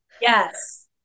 Yes